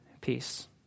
peace